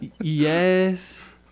Yes